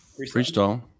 Freestyle